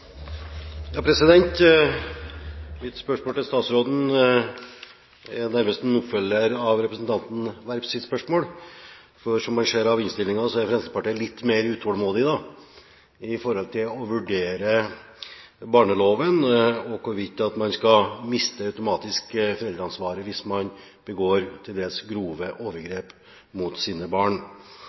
spørsmål. Som man ser av innstillingen, er Fremskrittspartiet litt mer utålmodig når det gjelder å vurdere barneloven, og hvorvidt man automatisk skal miste foreldreansvaret hvis man begår til dels grove overgrep mot sine barn.